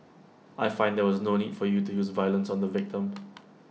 I find there was no need for you to use violence on the victim